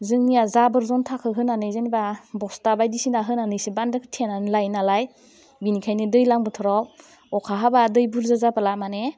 जोंनिया जाबोर जनथाखौ होनानै जेनेबा बस्था बायदिसिना होनानैसो बान्दोखौ थेनानै लायो नालाय बिनिखायनो दैलां बोथोराव अखा हाबा दै बुरजा जाबोला मानि